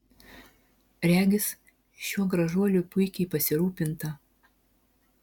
regis šiuo gražuoliu puikiai pasirūpinta